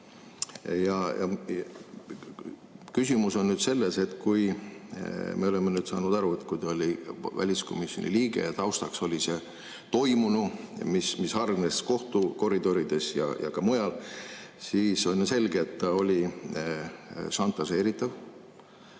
Küsimus on nüüd selles, et me oleme saanud aru, et kui ta oli väliskomisjoni liige ja taustaks oli toimunu, mis hargnes kohtukoridorides ja ka mujal, siis on selge, et ta oli šantažeeritav,